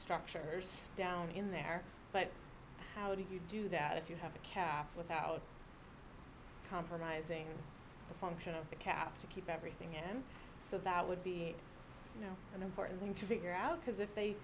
structures down in there but how do you do that if you have a calf without compromising the function of the calf to keep everything and so that would be you know an important thing to figure out because if they